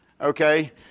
okay